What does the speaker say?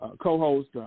Co-host